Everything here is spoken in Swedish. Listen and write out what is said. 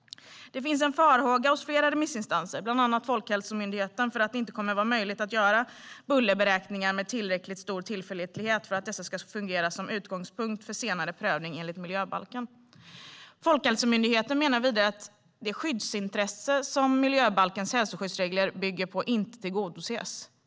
Det finns en farhåga hos flera remissinstanser, bland annat Folkhälsomyndigheten, för att det inte kommer att vara möjligt att göra bullerberäkningar med tillräckligt stor tillförlitlighet för att dessa ska fungera som utgångspunkt för senare prövning enligt miljöbalken. Folkhälsomyndigheten menar vidare att det skyddsintresse som miljöbalkens hälsoskyddsregler bygger på inte tillgodoses.